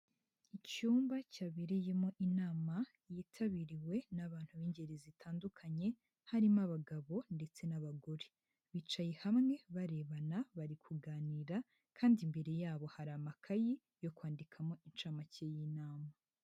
Icyumba cyabereyemo inama yitabiriwe n'abantu b'ingeri zitandukanye, harimo abagabo ndetse n'abagore, bicaye hamwe barebana bari kuganira kandi imbere yabo hari amakayi yo kwandikamo incamake y'inama.